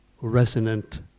resonant